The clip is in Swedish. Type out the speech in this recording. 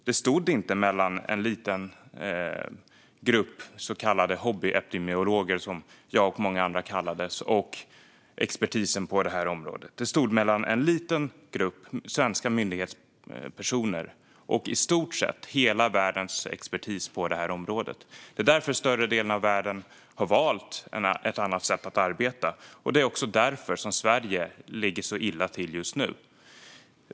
Det stod inte mellan en liten grupp så kallade hobbyepidemiologer, som jag och många andra kallades, och expertisen på området. Det stod mellan en liten grupp svenska myndighetspersoner och i stort sett hela världens expertis på området. Det är därför större delen av världen har valt ett annat sätt att arbeta. Det är också därför Sverige ligger så illa till just nu.